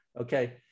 Okay